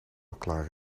klaar